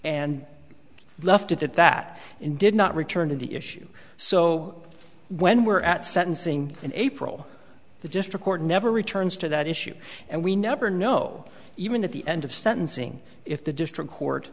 and left it at that and did not return to the issue so when we're at sentencing in april the district court never returns to that issue and we never know even at the end of sentencing if the district court